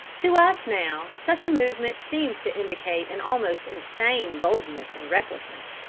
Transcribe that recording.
to us now, such a movement seems to indicate an almost insane boldness and recklessness.